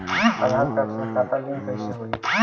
आधार card से खाता link कईसे होई?